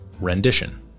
rendition